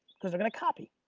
because they're going to copy.